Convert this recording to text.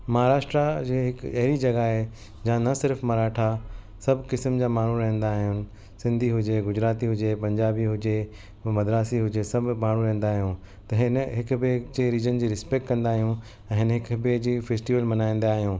महाराष्ट्र जे हिकु अहिड़ी जॻह आहे जा न सिर्फ़ मराठा सभु किस्मु जा माण्हू रहंदा आहिनि सिंधी हुजे गुजराती हुजे पंजाबी हुजे मद्रासी हुजे सभु माण्हू रहंदा आहियूं त हिन हिकु ॿिए जे रीज़न जी रिस्पेक्ट कंदा आहियूं ऐं हिन हिकु ॿिए जी फेस्टिवल मल्हाईंदा आहियूं